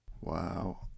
Wow